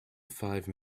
five